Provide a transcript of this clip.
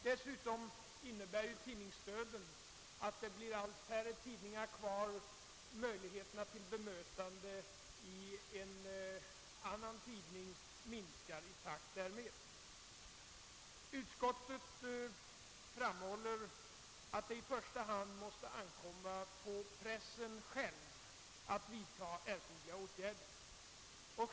Dessutom medför tidningsdöden, varigenom det ju blir allt färre tidningar kvar, att möjligheterna till bemötande i en annan tidning minskar. Utskottet framhåller att det i första hand måste ankomma på pressen själv att vidta erforderliga åtgärder.